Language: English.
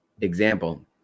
example